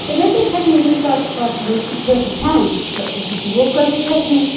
तऽ बेचै छथिन जिनका पास बेसी खेत छनि तऽ ओ बेचबो करै छथिन